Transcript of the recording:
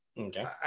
okay